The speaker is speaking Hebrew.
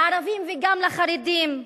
לערבים וגם לחרדים,